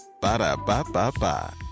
Ba-da-ba-ba-ba